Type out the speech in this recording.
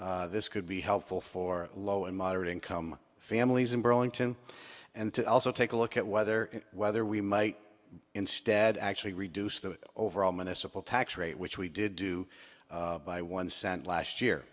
this could be helpful for low and moderate income families in burlington and to also take a look at whether whether we might instead actually reduce the overall miscible tax rate which we did do by one cent last